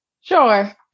Sure